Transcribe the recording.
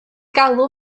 galw